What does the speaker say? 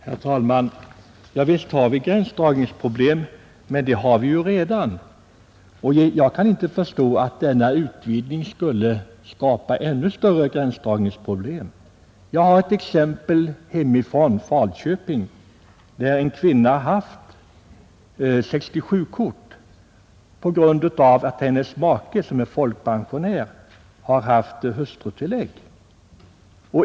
Herr talman! Ja, visst blir det gränsdragningsproblem, men sådana har man ju redan, och jag kan inte förstå att denna utvidgning skulle skapa ännu större gränsdragningsproblem. Jag har ett exempel hemifrån Falköping, där en kvinna haft 67-kort på grund av att hennes make, som var folkpensionär, har haft hustrutillägg.